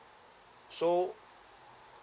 so